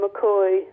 McCoy